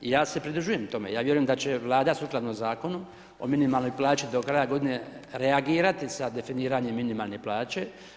I ja se pridružujem tome, ja vjerujem da će Vlada sukladno Zakonu o minimalnoj plaći do kraja godine reagirati sa definiranjem minimalne plaće.